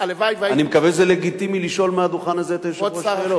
אני מקווה שזה לגיטימי לשאול מהדוכן הזה את היושב-ראש שאלות.